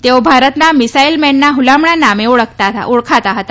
તેઓ ભારતના મિસાઇલ મેનના ફલામણા નામે ઓળખાતા હતા